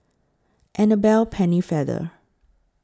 Annabel Pennefather